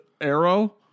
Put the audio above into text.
Arrow